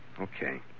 Okay